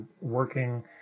working